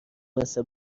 مثل